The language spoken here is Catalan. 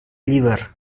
llíber